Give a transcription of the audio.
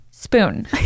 Spoon